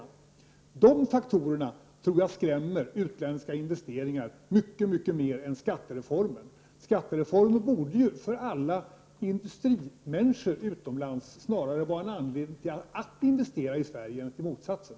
Dessa faktorer tror jag skrämmer utländska investeringar mycket mer än skattereformen. Skattereformen borde ju för alla industrimänniskor utomlands snarare vara en anledning till att investera i Sverige än till motsatsen.